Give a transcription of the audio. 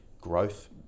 growth